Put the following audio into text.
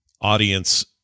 audience